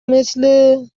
مثل